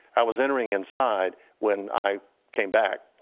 i was entering inside when i came back.